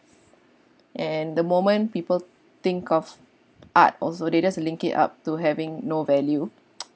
and the moment people think of art also they just link it up to having no value